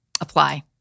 apply